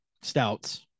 Stouts